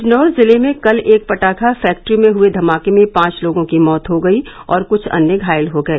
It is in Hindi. बिजनौर जिले में कल एक पटाखा फैक्ट्री में हुए धमाके में पांच लोगों की मौत हो गई और कुछ अन्य घायल हो गए